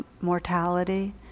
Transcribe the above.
mortality